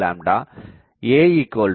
5 b0